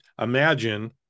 imagine